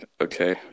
Okay